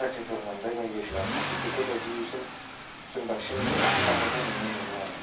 साख्रिफोर मोनबाय बायोब्ला थिक बेफोरबायदिजों जों बांसिन खारनायखौ नुनो मोनो आरो